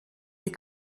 die